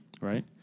right